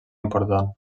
important